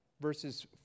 verses